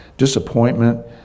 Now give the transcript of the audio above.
Disappointment